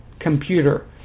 computer